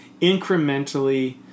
incrementally